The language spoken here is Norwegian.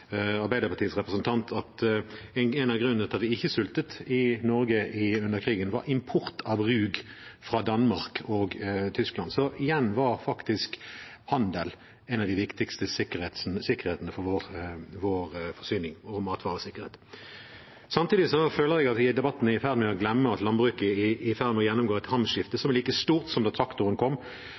Danmark og Tyskland. Igjen var faktisk handel en av de viktigste sikkerhetene for vår forsyning og matvaresikkerhet. Samtidig føler jeg at vi i debatten er i ferd med å glemme at landbruket er i ferd med å gjennomgå et hamskifte som er like stort som da traktoren kom